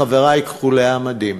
חברי כחולי המדים.